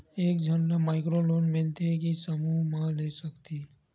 एक झन ला माइक्रो लोन मिलथे कि समूह मा ले सकती?